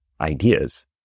ideas